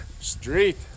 Street